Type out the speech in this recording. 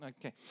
Okay